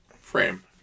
frame